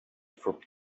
for